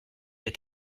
est